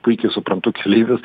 puikiai suprantu keleivius